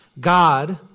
God